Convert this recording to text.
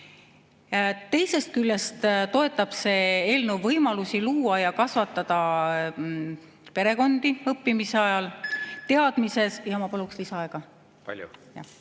Teisest küljest toetab see eelnõu võimalusi luua ja kasvatada perekondi õppimise ajal teadmises … Ma paluksin lisaaega. Kui